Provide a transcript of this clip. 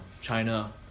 China